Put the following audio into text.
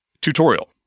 tutorial